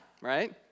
right